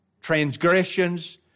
Transgressions